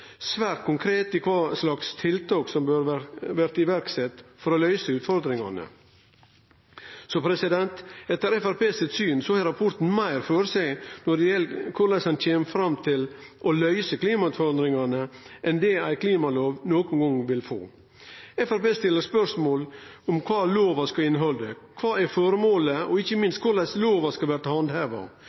svært konkret når det gjeld kva tiltak som bør bli sette i verk for å løyse utfordringane. Etter Framstegspartiet sitt syn har rapporten meir føre seg når det gjeld korleis ein kan løyse klimautfordringane enn det ei klimalov nokon gong vil få. Framstegspartiet stiller spørsmål om kva lova skal innehalde, kva som er føremålet, og ikkje minst korleis lova skal